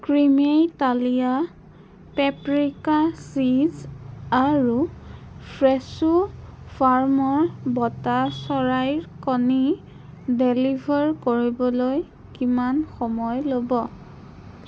ক্ৰিমেইটালিয়া paprika cheese আৰু Fresho ফাৰ্মৰ বতা চৰাইৰ কণী ডেলিভাৰ কৰিবলৈ কিমান সময় ল'ব